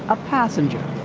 a passenger.